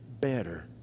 better